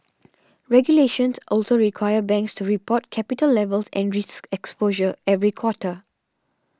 regulations also require banks to report capital levels and risk exposure every quarter